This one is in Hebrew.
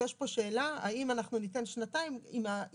שיש פה שאלה האם אנחנו ניתן שנתיים גם אם